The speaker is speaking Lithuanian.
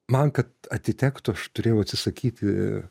man kad atitektų aš turėjau atsisakyti